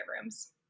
rooms